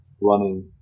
running